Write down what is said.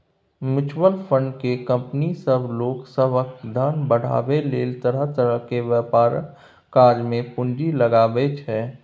mutual fund केँ company सब लोक सभक धन बढ़ाबै लेल तरह तरह के व्यापारक काज मे पूंजी लगाबै छै